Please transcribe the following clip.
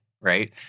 right